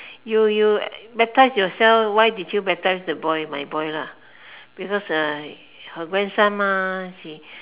you you baptise yourself why did you baptise the boy my boy lah because uh her grandson mah he